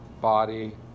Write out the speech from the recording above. body